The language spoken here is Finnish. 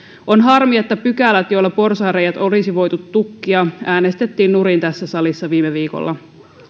on harmi että pykälät joilla porsaanreiät olisi voitu tukkia äänestettiin nurin tässä salissa viime viikolla